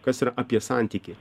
kas yra apie santykį